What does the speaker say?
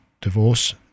divorce